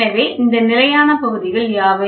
எனவே இந்த நிலையான பகுதிகள் யாவை